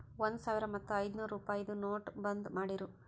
ಒಂದ್ ಸಾವಿರ ಮತ್ತ ಐಯ್ದನೂರ್ ರುಪಾಯಿದು ನೋಟ್ ಬಂದ್ ಮಾಡಿರೂ